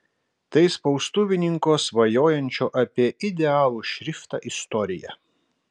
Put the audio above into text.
tai spaustuvininko svajojančio apie idealų šriftą istorija